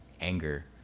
anger